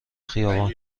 خیابان